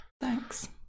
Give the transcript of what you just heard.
Thanks